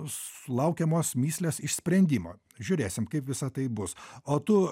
sulaukiamos mįslės išsprendimo žiūrėsim kaip visa tai bus o tu